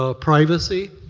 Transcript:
ah privacy,